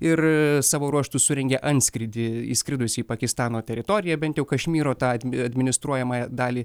ir savo ruožtu surengė antskrydį įskridusį į pakistano teritoriją bent jau kašmyro tą administruojamąją dalį